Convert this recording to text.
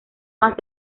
más